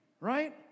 right